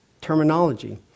terminology